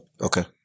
okay